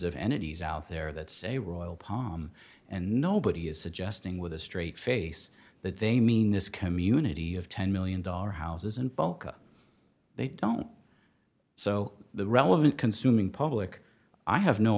of entities out there that say royal palm and nobody is suggesting with a straight face that they mean this community of ten million dollars houses and bulk up they don't so the relevant consuming public i have no